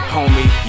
Homie